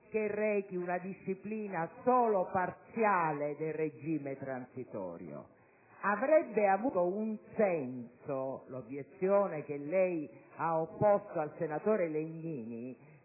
che rechi una disciplina solo parziale del regime transitorio. L'obiezione che lei ha opposto al senatore Legnini